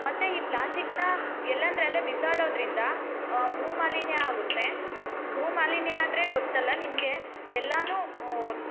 ಮತ್ತೆ ಈ ಪ್ಲಾಸ್ಟಿಕ್ನ ಎಲ್ಲಿ ಅಂದರೆ ಅಲ್ಲೇ ಬಿಸಾಡೋದರಿಂದ ಭೂ ಮಾಲಿನ್ಯ ಆಗುತ್ತೆ ಭೂ ಮಾಲಿನ್ಯ ಆದರೆ ಗೊತ್ತಲ್ಲ ನಿಮಗೆ ಎಲ್ಲನೂ